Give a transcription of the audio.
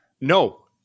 No